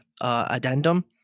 addendum